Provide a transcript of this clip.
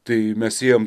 tai mes ėjom